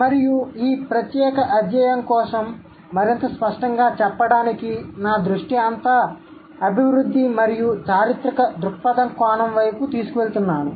మరియు ఈ ప్రత్యేక అధ్యాయం కోసం మరింత స్పష్టంగా చెప్పడానికి నా దృష్టి అంతా అభివృద్ధి మరియు చారిత్రక దృక్పథ కోణం వైపు తీసుకువెళ్తున్నాను